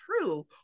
true